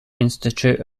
institute